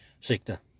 sector